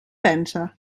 pensa